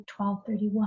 12.31